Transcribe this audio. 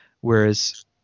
whereas